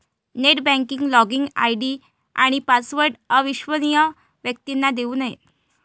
net banking login ID आणि password अविश्वसनीय व्यक्तींना देऊ नये